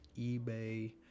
ebay